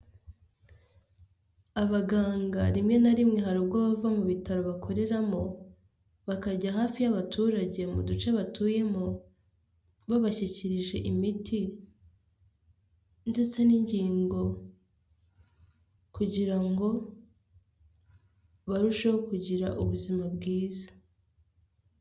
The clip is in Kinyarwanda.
Abaganga rimwe na rimwe hari ubwo abava mu bitaro bakoreramo, bakajya hafi y'abaturage mu duce batuyemo, babashyikirije imiti ndetse n'ingingo kugira ngo barusheho kugira ubuzima bwiza.